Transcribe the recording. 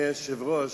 אדוני היושב-ראש,